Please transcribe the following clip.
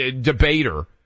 debater